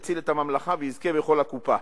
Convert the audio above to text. יציל את הממלכה ויזכה בכל הקופה.